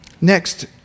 Next